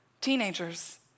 teenagers